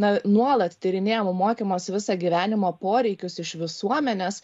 na nuolat tyrinėjamo mokymosi visą gyvenimo poreikius iš visuomenės